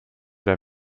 der